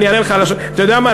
אני אענה לך על, אתה יודע מה?